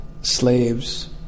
slaves